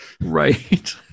right